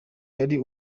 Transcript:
yari